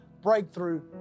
breakthrough